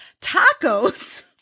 Tacos